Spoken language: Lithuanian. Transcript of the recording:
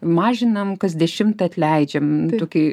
mažinam kas dešimtą atleidžiam tokį